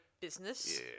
business